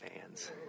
fans